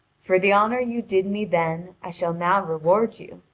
for the honour you did me then i shall now reward you.